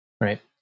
Right